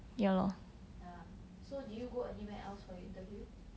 ya so did you go anywhere else for your interview